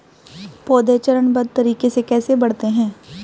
पौधे चरणबद्ध तरीके से कैसे बढ़ते हैं?